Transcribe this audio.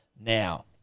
Now